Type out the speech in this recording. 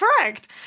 correct